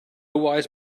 wise